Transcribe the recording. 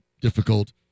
difficult